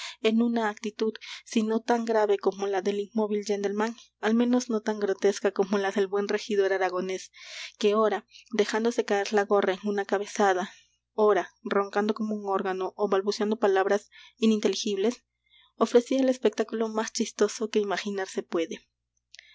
en una actitud si no tan grave como la del inmóvil gentleman al menos no tan grotesca como la del buen regidor aragonés que ora dejándose caer la gorra en una cabezada ora roncando como un órgano ó balbuceando palabras ininteligibles ofrecía el espectáculo más chistoso que imaginarse puede